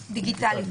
דיגיטלית.